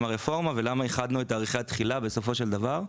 הרפורמה ולמה איחדנו את תאריכי התחילה בסופו של דבר.